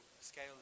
scale